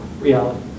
reality